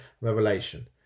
revelation